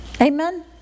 Amen